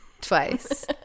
twice